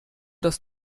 das